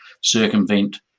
circumvent